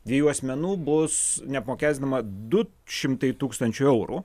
dviejų asmenų bus neapmokestinama du šimtai tūkstančių eurų